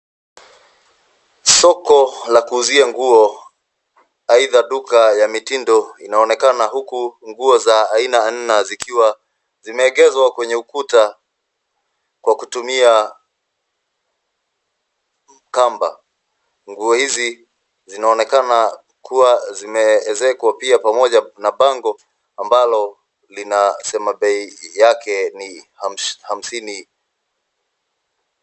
Soko la kuuzia nguo, aidha duka ya mitindo inaonekana huku nguo za aina aina zimeegezwa kwenye ukuta kwa kutumia kamba. Nguo hizi zinaonekana kuwa zimeezekwa pia pamoja na bango ambalo linasema bei yake ni hamsini.